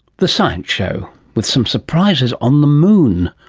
the science show. with some surprises on the moon.